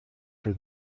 for